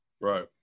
Right